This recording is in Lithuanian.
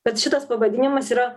kad šitas pavadinimas yra